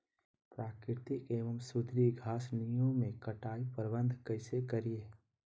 प्राकृतिक एवं सुधरी घासनियों में कटाई प्रबन्ध कैसे करीये?